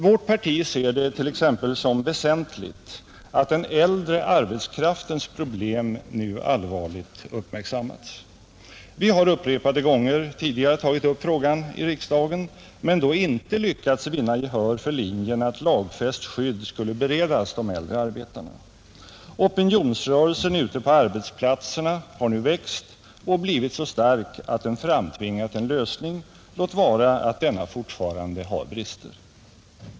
Vårt parti ser det t.ex. som väsentligt att den äldre arbetskraftens problem nu allvarligt uppmärksammas. Vi har upprepade gånger tidigare tagit upp frågan i riksdagen, men då inte lyckats vinna gehör för linjen att lagfäst skydd skulle beredas de äldre arbetarna, Opinionsrörelsen ute på arbetsplatserna har nu växt och blivit så stark att den framtvingat en lösning, låt vara att denna fortfarande har brister.